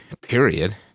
period